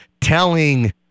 telling